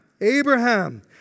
Abraham